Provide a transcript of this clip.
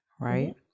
right